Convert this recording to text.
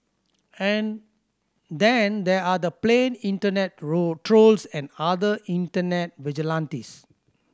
and then there are the plain internet trolls and other internet vigilantes